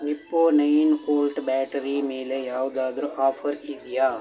Nippo nine volt battery ಮೇಲೆ ಯಾವುದಾದ್ರು offer ಇದೆಯಾ